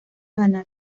ganar